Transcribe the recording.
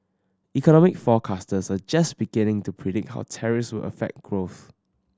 economic forecasters are just beginning to predict how tariffs would affect growth